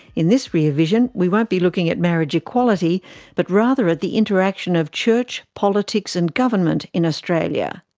in this rear vision we won't be looking at marriage equality but rather at the interaction of church, politics and government in australia.